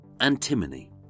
Antimony